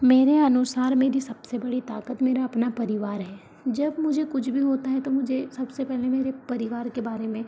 मेरे अनुसार मेरी सब से बड़ी ताकत मेरा अपना परिवार है जब मुझे कुछ भी होता है तो मुझे सब से पहले मेरे परिवार के बारे में